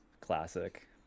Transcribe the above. classic